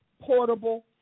portable